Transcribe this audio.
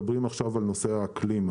כולנו מדברים עכשיו על נושא האקלים.